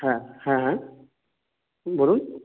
হ্যাঁ হ্যাঁ হ্যাঁ হুম বলুন